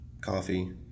coffee